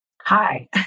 Hi